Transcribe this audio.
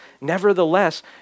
Nevertheless